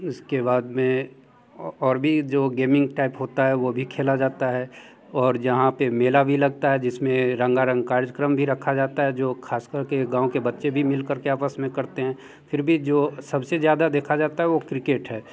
इसके बाद में और भी जो गेमिंग टाइप होता है वह भी खेला जाता है और जहाँ पर मेला भी लगता है जिस में रंगारंग कार्यक्रम भी रखा जाता है जो ख़ास कर के गाँव के बच्चे भी मिल कर के आपस में करते हैं फिर भी जो सब से ज़्यादा देखा जाता है वो क्रिकेट है